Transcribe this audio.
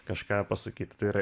kažką pasakyt tai yra